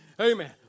Amen